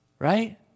Right